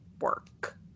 work